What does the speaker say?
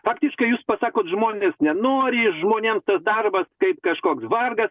faktiškai jūs pasakot žmonės nenori žmonėm darbas kaip kažkoks vargas